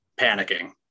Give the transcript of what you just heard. panicking